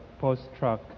post-truck